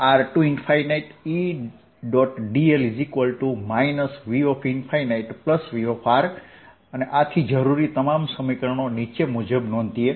dl VV આથી જરૂરી તમામ સમીકરણો નીચે મુજબ નોંધીએ